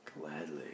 Gladly